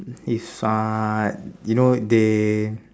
if uh you know they